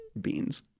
beans